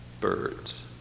birds